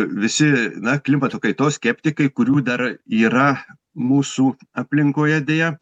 visi na klimato kaitos skeptikai kurių dar yra mūsų aplinkoje deja